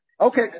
Okay